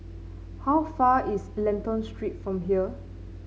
how far away is Lentor Street from here